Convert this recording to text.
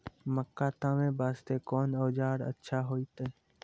मक्का तामे वास्ते कोंन औजार अच्छा होइतै?